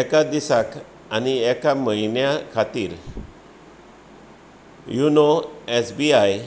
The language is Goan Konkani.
एका दिसाक आनी एका म्हयन्या खातीर युनो एस बी आय